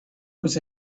was